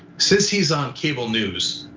since he's on cable news,